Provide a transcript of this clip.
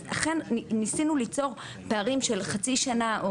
אז לכן ניסינו ליצור פערים של חצי שנה,